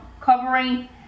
covering